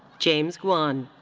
james guan.